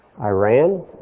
Iran